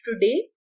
today